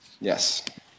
Yes